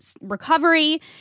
recovery